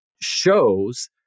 shows